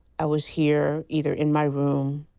i was here, either in my room,